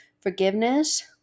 Forgiveness